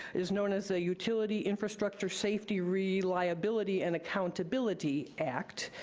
is known as the utility infrastructure safety reliability and accountability act.